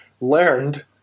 learned